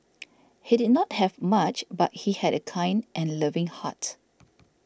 he did not have much but he had a kind and loving heart